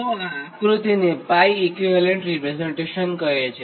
તો આ આક્રૃત્તિને 𝜋 ઇક્વીવેલન્ટ રીપ્રેઝન્ટેશન કહે છે